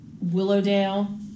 Willowdale